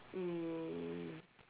um